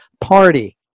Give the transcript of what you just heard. party